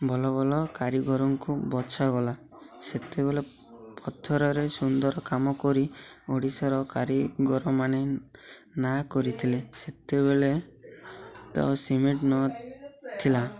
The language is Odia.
ଭଲ ଭଲ କାରିଗରଙ୍କୁ ବଛାଗଲା ସେତେବେଳେ ପଥରରେ ସୁନ୍ଦର କାମ କରି ଓଡ଼ିଶାର କାରିଗରମାନେ ନାଁ କରିଥିଲେ ସେତେବେଳେ ତା ସିମେଣ୍ଟ ନଥିଲା